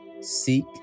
seek